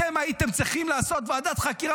אתם הייתם צריכים לעשות ועדת חקירה